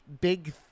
big